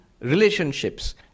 relationships